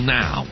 now